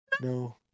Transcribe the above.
No